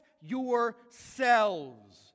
yourselves